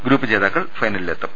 group ജേതാക്കൾ ഫൈനലിൽ എത്തും